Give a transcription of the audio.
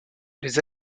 les